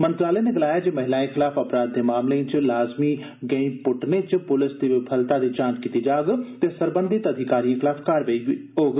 मंत्रालय ने गलाया ऐ जे महिलायें खलाफ अपराध दे मामलें च लाजमी गैं प्ट्टने च प्लिस दी विफलता दी जांच कीती जाग ते सरबंधत अधिकारियें खलाफ कार्रवाई कीती जाग